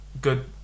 good